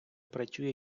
працює